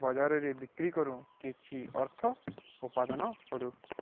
ବଜାରରେ ବିକ୍ରି କରୁ କିଛି ଅର୍ଥ ଉପାଦାନ କରୁ